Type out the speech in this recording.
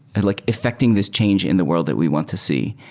and like effecting this change in the world that we want to see.